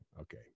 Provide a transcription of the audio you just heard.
Okay